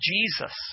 Jesus